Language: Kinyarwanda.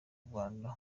rwanda